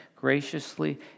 graciously